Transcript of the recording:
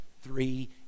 three